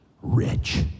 rich